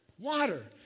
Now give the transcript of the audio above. water